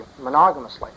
monogamously